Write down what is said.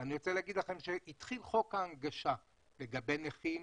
ואני רוצה לומר לכם שכאשר התחיל חוק ההנגשה לגבי נכים